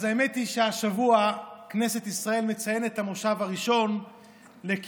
אז האמת היא שהשבוע כנסת ישראל מציינת את המושב הראשון לכיבוש